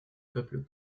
peuples